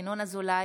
ינון אזולאי,